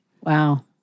Wow